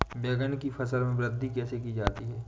बैंगन की फसल में वृद्धि कैसे की जाती है?